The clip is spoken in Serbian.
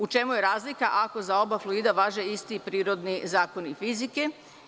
U čemu je razlika ako za oba fluida važe isti prirodni zakoni fizike?